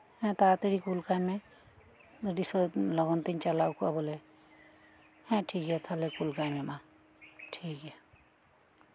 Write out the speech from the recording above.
ᱦᱮᱸ ᱛᱟᱲᱟ ᱛᱟᱲᱤ ᱠᱳᱞ ᱠᱟᱭ ᱢᱮ ᱟᱰᱤ ᱥᱟᱹᱛ ᱞᱚᱜᱚᱱ ᱛᱮᱧ ᱪᱟᱞᱟᱣ ᱠᱚᱜᱼᱟ ᱵᱚᱞᱮ ᱦᱮᱸ ᱴᱷᱤᱠ ᱜᱮᱭᱟ ᱛᱟᱦᱚᱞᱮ ᱠᱳᱞ ᱠᱟᱭᱢᱮ ᱢᱟ ᱴᱷᱤᱠ ᱜᱮᱭᱟ